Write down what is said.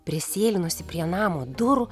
prisėlinusi prie namo durų